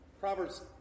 Proverbs